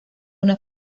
una